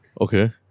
Okay